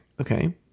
Okay